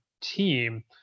team